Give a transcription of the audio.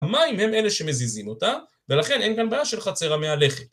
המים הם אלה שמזיזים אותם ולכן אין כאן בעיה של חצר המהלכת